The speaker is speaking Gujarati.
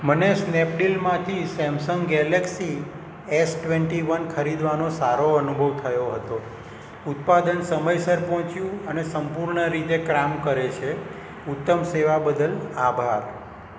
મને સ્નેપડીલમાંથી Samsung Galaxy S twenty one ખરીદવાનો સારો અનુભવ થયો હતો ઉત્પાદન સમયસર પહોંચ્યું અને સંપૂર્ણ રીતે કામ કરે છે ઉત્તમ સેવા બદલ આભાર